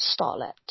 starlet